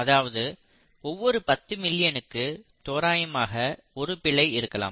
அதாவது ஒவ்வொரு 10 மில்லியனுக்கு தோராயமாக ஒரு பிழை இருக்கலாம்